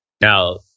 Now